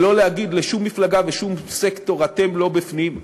ולא להגיד לשום מפלגה ושום סקטור: אתם לא בפנים,